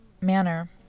manner